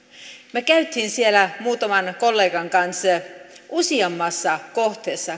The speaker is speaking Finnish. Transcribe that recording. me kävimme siellä muutaman kollegan kanssa useammassa kohteessa